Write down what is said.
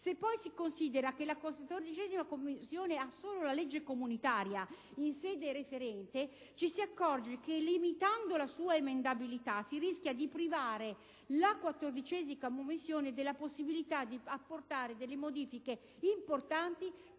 Se poi si considera che la 14a Commissione esamina solo la legge comunitaria in sede referente, ci si accorge che, limitando la sua emendabilità, si rischia di privare la 14a Commissione della possibilità di apportare modifiche importanti